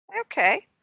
Okay